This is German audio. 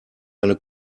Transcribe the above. eine